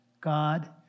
God